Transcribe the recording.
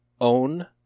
own